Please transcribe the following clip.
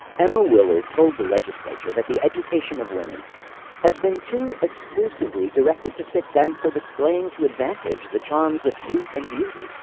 emma willard told the legislature that the education of women has been too exclusively directed to fit them for displaying to advantage the charms of youth and beauty.